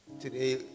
today